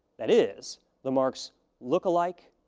that is, the marks look alike,